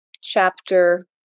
chapter